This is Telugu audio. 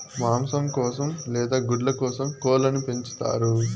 మాంసం కోసం లేదా గుడ్ల కోసం కోళ్ళను పెంచుతారు